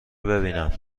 ببینم